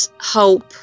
hope